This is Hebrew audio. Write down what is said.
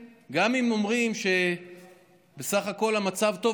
אומרים שבסך הכול המצב טוב,